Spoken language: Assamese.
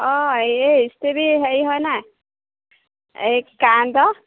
অঁ এই হেৰি হয় নাই এই কাৰেণ্টৰ